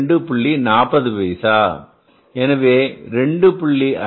40 பைசா எனவே 2